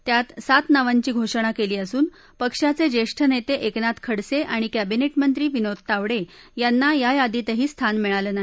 त्यात सात नावांची घोषणा केली असून पक्षाचे ज्येष्ठ नेते एकनाथ खडसे आणि कॅबिनेट मंत्री विनोद तावडे यांना या यादीतही स्थान मिळालं नाही